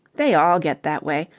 they all get that way.